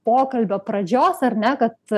pokalbio pradžios ar ne kad